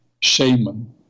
shaman